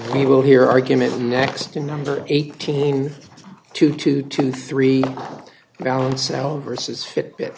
we will hear arguments next in number eighteen to two to three balance out versus fit bit